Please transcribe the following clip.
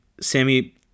Sammy